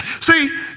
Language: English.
See